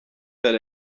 that